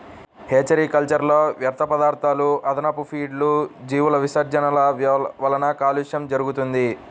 hatchery కల్చర్లో వ్యర్థపదార్థాలు, అదనపు ఫీడ్లు, జీవుల విసర్జనల వలన కాలుష్యం జరుగుతుంది